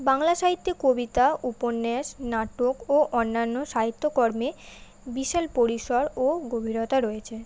বাংলা সাহিত্যে কবিতা উপন্যাস নাটক ও অন্যান্য সাহিত্য কর্মে বিশাল পরিসর ও গভীরতা রয়েছে